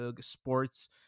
sports